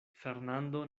fernando